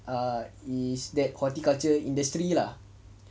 uh is that horticulture industry lah